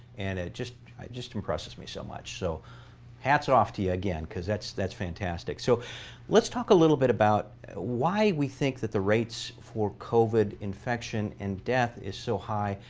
and it just just impresses me so much. so hats off to you again because that's that's fantastic. so let's talk a little bit about why we think that the rates for covid infection and death is so high.